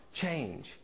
change